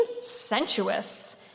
sensuous